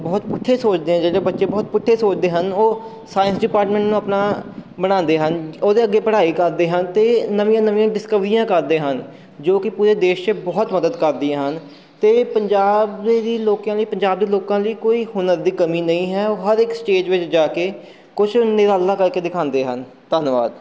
ਬਹੁਤ ਪੁੱਠੇ ਸੋਚਦੇ ਹੈ ਜਿਹੜੇ ਬੱਚੇ ਬਹੁਤ ਪੁੱਠੇ ਸੋਚਦੇ ਹਨ ਉਹ ਸਾਇੰਸ ਡਿਪਾਰਟਮੈਂਟ ਨੂੰ ਆਪਣਾ ਬਣਾਉਂਦੇ ਹਨ ਉਹਦੇ ਅੱਗੇ ਪੜ੍ਹਾਈ ਕਰਦੇ ਹਨ ਅਤੇ ਨਵੀਆਂ ਨਵੀਆਂ ਡਿਸਕਵਰੀਆਂ ਕਰਦੇ ਹਨ ਜੋ ਕਿ ਪੂਰੇ ਦੇਸ਼ 'ਚ ਬਹੁਤ ਮਦਦ ਕਰਦੀਆਂ ਹਨ ਅਤੇ ਪੰਜਾਬ ਦੇ ਦੀ ਲੋਕਾਂ ਦੀ ਪੰਜਾਬ ਦੇ ਲੋਕਾਂ ਲਈ ਕੋਈ ਹੁਨਰ ਦੀ ਕਮੀ ਨਹੀਂ ਹੈ ਉਹ ਹਰ ਇੱਕ ਸਟੇਜ ਵਿੱਚ ਜਾ ਕੇ ਕੁਛ ਨਿਰਾਲਾ ਕਰਕੇ ਦਿਖਾਉਂਦੇ ਹਨ ਧੰਨਵਾਦ